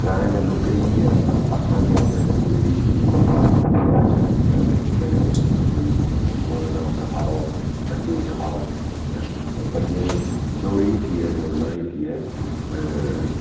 ग्राएं दे लोकें बी इयै आखना कि अपनी डोगरी जेह्की ऐ इसी ढंगै तरीकै ने बोलना सखाओ बच्चें गी सखाओ होर बच्चें डोगरी जेह्की ऐ बोलना जेह्की ऐ